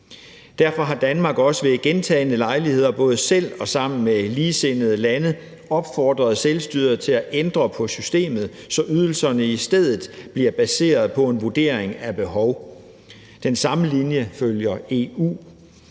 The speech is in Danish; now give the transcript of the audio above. Derfor har Danmark også ved gentagne lejligheder både selv og sammen med ligesindede lande opfordret selvstyret til at ændre på systemet, så ydelserne i stedet bliver baseret på en vurdering af behov. Den samme linje følger EU.